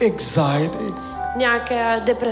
Excited